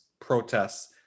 protests